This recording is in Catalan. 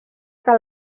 que